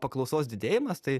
paklausos didėjimas tai